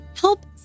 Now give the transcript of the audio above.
help